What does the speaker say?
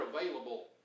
available